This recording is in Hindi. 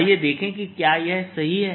आइए देखें कि क्या यह सही है